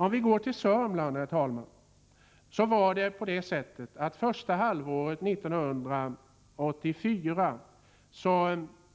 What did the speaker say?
Om vi tittar på Sörmlands län, herr talman, finner vi att det under första halvåret 1984